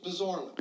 bizarrely